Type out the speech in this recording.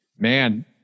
Man